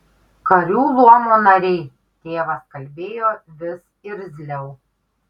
karių luomo nariai tėvas kalbėjo vis irzliau